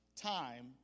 time